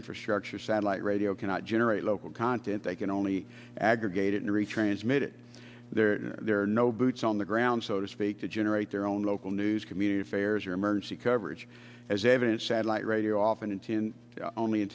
infrastructure satellite radio cannot generate local content they can only aggregate in retransmitted there are no boots on the ground so to speak to generate their own local news community affairs or emergency coverage as evidence satellite radio often